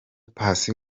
paccy